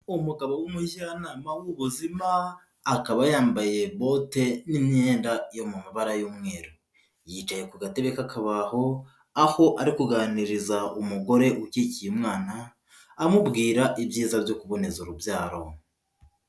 Umugabo w'umujyanama w'ubuzima akaba yambaye bote n'imyenda yo mu mabara y'umweru. Yicaye ku gatebe k'akabaho aho ari kuganiriza umugore ukikiye umwana, amubwira ibyiza byo kuboneza urubyaro.